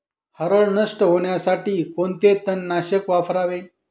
हरळ नष्ट होण्यासाठी कोणते तणनाशक वापरावे?